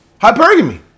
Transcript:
Hypergamy